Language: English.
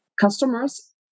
customers